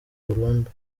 burundu